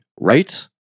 Right